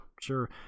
sure